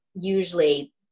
usually